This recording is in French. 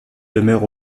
demeure